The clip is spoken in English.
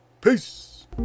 peace